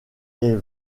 est